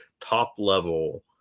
top-level